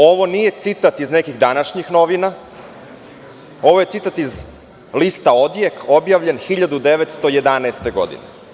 Ovo nije citat iz nekih današnjih novina, ovo je citat iz lista „Odjek“, objavljen 1911. godine.